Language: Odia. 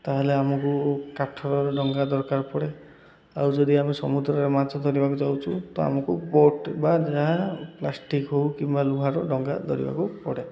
ତାହେଲେ ଆମକୁ କାଠର ଡଙ୍ଗା ଦରକାର ପଡ଼େ ଆଉ ଯଦି ଆମେ ସମୁଦ୍ରରେ ମାଛ ଧରିବାକୁ ଯାଉଛୁ ତ ଆମକୁ ବୋଟ୍ ବା ଯାହା ପ୍ଲାଷ୍ଟିକ ହେଉ କିମ୍ବା ଲୁହାର ଡଙ୍ଗା ଧରିବାକୁ ପଡ଼େ